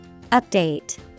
Update